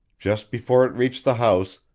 just before it reached the house,